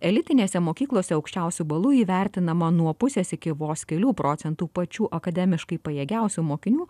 elitinėse mokyklose aukščiausiu balu įvertinama nuo pusės iki vos kelių procentų pačių akademiškai pajėgiausių mokinių